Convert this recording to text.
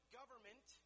government